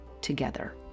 together